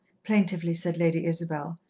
plaintively said lady isabel.